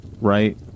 Right